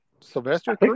Sylvester